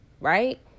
right